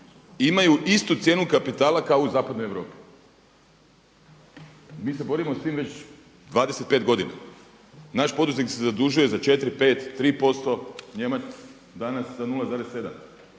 imaju istu cijenu kapitala kao u zapadnoj Europi. Mi se borimo s tim već 25 godina. Naš poduzetnik se zadužuje za 4, 5, 3%, Nijemac danas za 0,7